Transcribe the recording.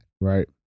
Right